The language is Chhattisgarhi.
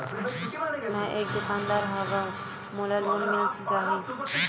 मै एक दुकानदार हवय मोला लोन मिल जाही?